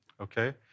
okay